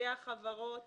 נציגי חברות